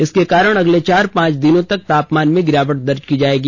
इसके कारण अगले चार पांच दिनों तक तापमान में गिरावट दर्ज की जाएगी